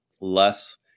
less